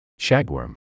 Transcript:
Shagworm